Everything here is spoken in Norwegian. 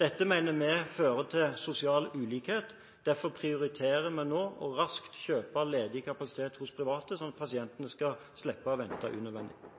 Dette mener vi fører til sosial ulikhet. Derfor prioriterer vi nå raskt å kjøpe ledig kapasitet hos private, sånn at pasientene skal slippe å vente unødvendig.